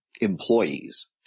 employees